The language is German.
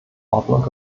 ordnung